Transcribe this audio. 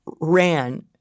ran